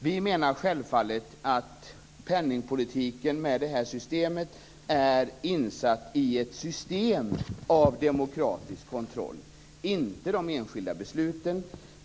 Vi menar självfallet att penningpolitiken, inte de enskilda besluten, med det här systemet är insatt i ett system med demokratisk kontroll.